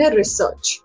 research